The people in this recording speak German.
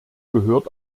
gehört